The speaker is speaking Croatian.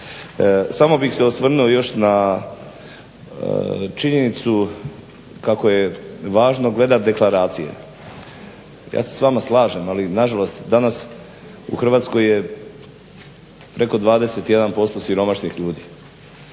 Samo bih se osvrnuo još na činjenicu kako je važno gledati deklaracije. Ja se s vama slažem, ali nažalost danas u Hrvatskoj je preko 21% siromašnih ljudi.